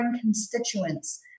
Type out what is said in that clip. constituents